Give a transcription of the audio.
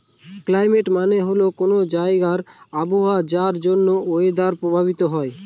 climate মানে হল কোনো জায়গার আবহাওয়া যার জন্য ওয়েদার প্রভাবিত হয়